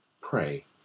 pray